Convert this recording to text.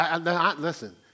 Listen